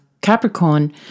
Capricorn